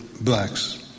blacks